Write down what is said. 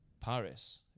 Paris